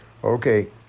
Okay